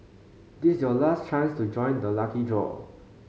this is your last chance to join the lucky draw